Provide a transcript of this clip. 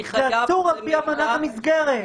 זה אסור על-פי אמנת המסגרת.